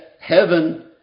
Heaven